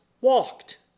walked